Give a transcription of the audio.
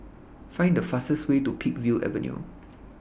Find The fastest Way to Peakville Avenue